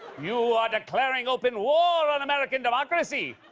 you are declaring open war on american democracy.